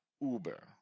Uber